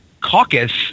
caucus